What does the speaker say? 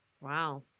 Wow